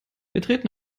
betreten